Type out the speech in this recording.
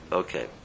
okay